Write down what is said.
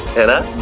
and